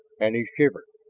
and he shivered.